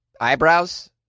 eyebrows